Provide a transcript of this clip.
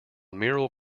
mural